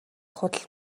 худал